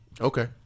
Okay